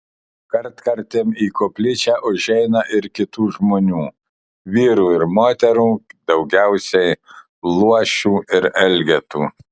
kartkartėm į koplyčią užeina ir kitų žmonių vyrų ir moterų daugiausiai luošių ir elgetų